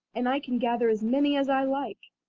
and i can gather as many as i like.